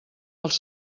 dels